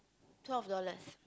twelve dollars